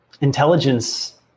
intelligence